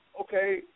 Okay